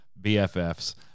BFFs